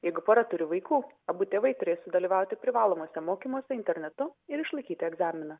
jeigu pora turi vaikų abu tėvai turės sudalyvauti privalomuose mokymuose internetu ir išlaikyti egzaminą